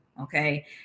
Okay